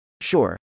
Sure